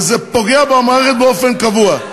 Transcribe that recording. וזה פוגע במערכת באופן קבוע.